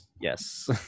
yes